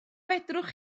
fedrwch